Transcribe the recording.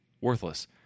worthless